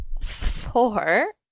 four